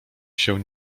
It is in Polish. się